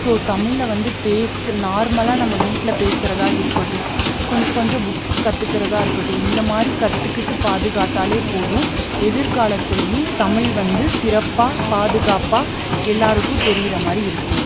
so தமிழை வந்து பேசு நார்மலாக நம்ம வீட்டில் பேசுகிறதா இருக்கட்டும் கொஞ்சோம் கொஞ்சம் புக்ஸ் கற்றுக்கறதா இருக்கட்டும் இந்த மாதிரி கற்றுக்கிட்டு பாதுகாத்தால் போதும் எதிர்காலத்துலேயும் தமிழ் வந்து சிறப்பாக பாதுகாப்பாக எல்லோருக்கும் தெரிகிற மாதிரி இருக்கும்